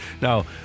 Now